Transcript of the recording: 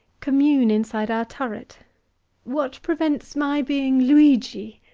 commune inside our turret what prevents my being luigi?